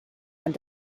and